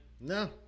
No